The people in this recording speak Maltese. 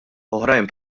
oħrajn